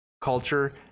culture